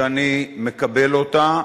שאני מקבל אותה,